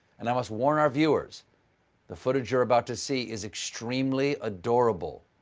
and i must warn our viewers the footage you're about to see is extremely adorable.